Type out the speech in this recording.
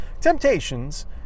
Temptations